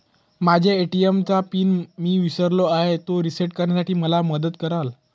माझ्या ए.टी.एम चा पिन मी विसरलो आहे, तो रिसेट करण्यासाठी मला मदत कराल?